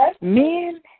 men